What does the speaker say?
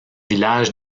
village